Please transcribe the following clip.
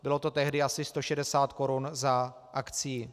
Bylo to tehdy asi 160 korun za akcii.